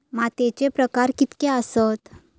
मातीचे प्रकार कितके आसत?